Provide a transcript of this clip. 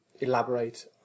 elaborate